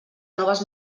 noves